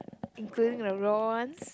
including the raw one